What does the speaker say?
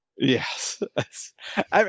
yes